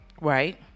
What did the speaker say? right